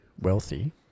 wealthy